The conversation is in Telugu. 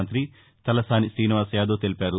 మంతి తలసాని శీనివాసయాదవ్ తెలిపారు